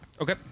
Okay